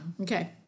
Okay